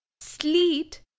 sleet